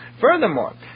Furthermore